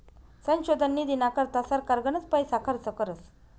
संशोधन निधीना करता सरकार गनच पैसा खर्च करस